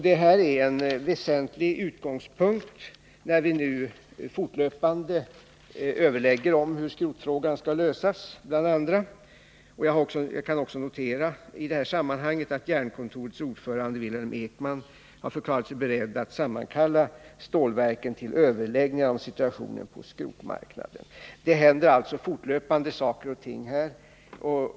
Det här är en väsentlig utgångspunkt när vi nu fortlöpande överlägger om hur bl.a. skrotfrågan skall lösas. Jag kan också i det här sammanhanget notera att Jernkontorets ordförande Wilhelm Ekman har förklarat sig beredd att kalla stålverken till överläggningar om situationen på skrotmarknaden. Det händer alltså fortlöpande saker och ting.